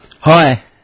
Hi